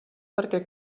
perquè